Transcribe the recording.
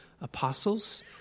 apostles